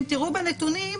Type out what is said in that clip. אם תראו בנתונים,